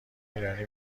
ایرانی